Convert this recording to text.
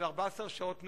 של 14 שעות נאום.